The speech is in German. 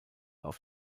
auf